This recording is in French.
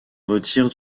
retire